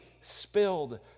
spilled